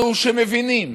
אנחנו, שמבינים